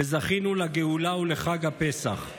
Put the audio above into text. וזכינו לגאולה ולחג הפסח.